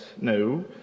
No